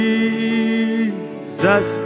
Jesus